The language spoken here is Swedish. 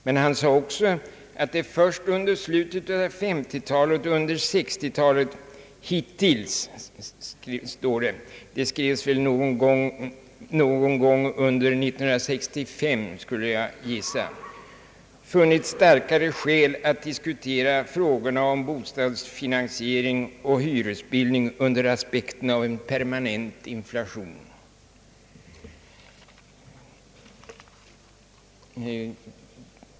Men han sade också, att det först under slutet av 1950-talet och under 1960-talet »hittills« — jag skulle gissa att detta skrevs år 1965 — funnits »starkare skäl att diskutera frågorna om bostadsfinansiering och hyresbildning under aspekten av en permanent inflation».